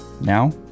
Now